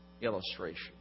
illustration